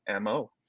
MO